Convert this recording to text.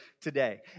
today